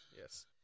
Yes